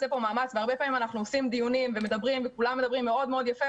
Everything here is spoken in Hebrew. הרבה פעמים אנחנו עושים דיונים וכולם מדברים מאוד יפה,